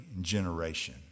generation